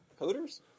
Hooters